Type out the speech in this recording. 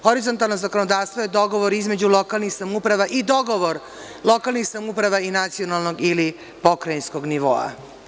Horizontalno zakonodavstvo je dogovor između lokalnih samouprava i dogovor lokalnih samouprava i nacionalnog ili pokrajinskog nivoa.